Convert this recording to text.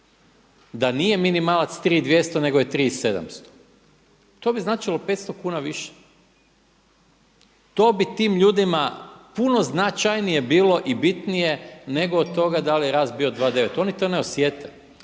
da nije minimalac 3200 nego je 3700. To bi značilo 500 kuna više. To bi tim ljudima puno značajnije bilo i bitnije nego od toga da li je rast bio 2,9. Oni to ne osjete.